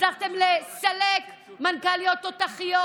הצלחתם לסלק מנכ"ליות תותחיות,